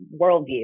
worldview